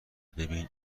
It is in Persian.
ببین